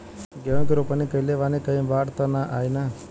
गेहूं के रोपनी कईले बानी कहीं बाढ़ त ना आई ना?